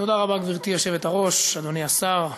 גברתי היושבת-ראש, תודה רבה, אדוני השר,